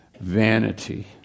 vanity